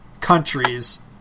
countries